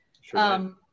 Sure